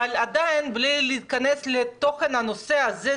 בלי להיכנס לתוכן הנושא הזה,